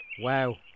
Wow